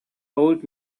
old